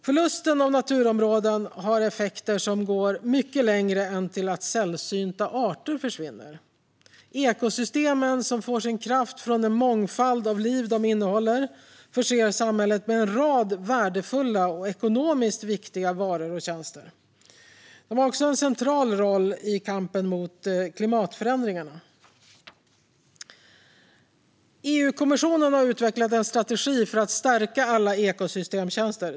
Förlusten av naturområden har effekter som går mycket längre än till att sällsynta arter försvinner. Ekosystemen, som får sin kraft från den mångfald av liv de innehåller, förser samhället med en rad värdefulla och ekonomiskt viktiga varor och tjänster. De har också en central roll i kampen mot klimatförändringarna. EU-kommissionen har utvecklat en strategi för att stärka alla ekosystemtjänster.